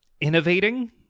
innovating